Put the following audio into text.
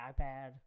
ipad